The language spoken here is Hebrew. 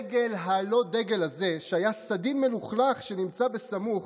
הדגל-לא-דגל הזה, שהיה סדין מלוכלך שנמצא סמוך,